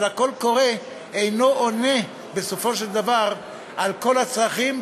אבל הקול הקורא אינו עונה בסופו של דבר על כל הצרכים,